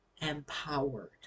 empowered